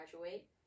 graduate